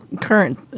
current